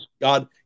God